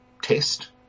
test